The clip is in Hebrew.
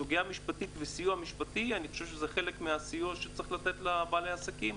הסוגיה המשפטית והסיוע המשפטי הם חלק מהסיוע שצריך לתת לבעלי העסקים,